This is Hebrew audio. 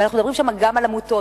ואנחנו מדברים שם גם על עמותות,